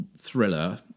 thriller